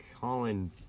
Colin